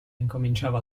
incominciava